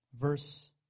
Verse